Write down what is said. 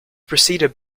preceded